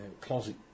closet